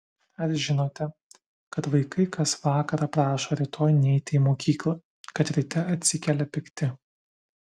ar žinote kad vaikai kas vakarą prašo rytoj neiti į mokyklą kad ryte atsikelia pikti